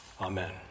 Amen